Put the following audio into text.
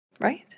Right